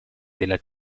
della